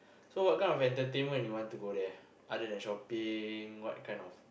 so what kind of entertainment you want to go there other than shopping what kind of